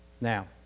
Now